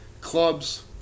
clubs